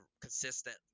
consistent